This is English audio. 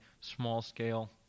small-scale